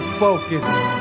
focused